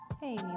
Hey